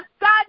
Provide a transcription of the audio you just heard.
God